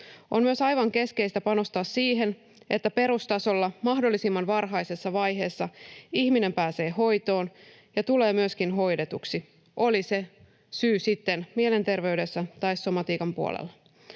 On myös aivan keskeistä panostaa siihen, että perustasolla mahdollisimman varhaisessa vaiheessa ihminen pääsee hoitoon ja tulee myöskin hoidetuksi, oli se syy sitten mielenterveydessä tai somatiikan puolella.